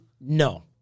no